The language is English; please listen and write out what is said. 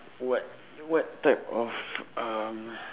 what what type of um